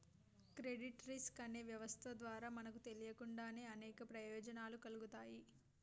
credit risk అనే వ్యవస్థ ద్వారా మనకు తెలియకుండానే అనేక ప్రయోజనాలు కల్గుతాయి